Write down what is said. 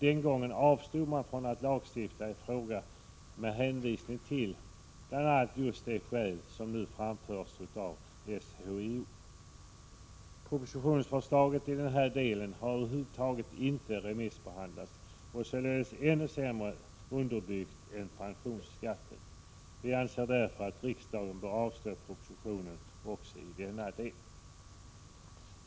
Den gången avstod man från att lagstifta i frågan med hänvisning bl.a. just till de skäl som nu framförs av SHIO. Propositionsförslaget i den här delen har över huvud taget inte remissbehandlats och är således ännu sämre underbyggt än t.o.m. pensionsskatten. Vi anser därför att riksdagen bör avslå propositionen i denna del.